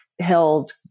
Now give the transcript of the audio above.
held